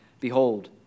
Behold